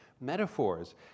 metaphors